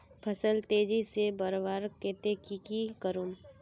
फल तेजी से बढ़वार केते की की करूम?